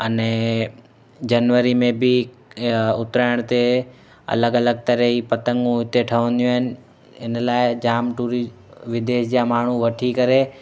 अने जनवरी में बि ईअं उतराइण ते अलॻि अलॻि तरह जी पतंगू हुते ठहंदियूं आहिनि इन लाइ जामु टूरी विदेश जा माण्हू वठी करे